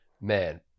man